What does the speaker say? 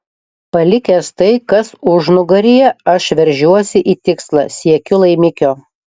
palikęs tai kas užnugaryje aš veržiuosi į tikslą siekiu laimikio